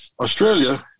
australia